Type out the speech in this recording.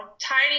tiny